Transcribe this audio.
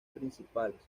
principales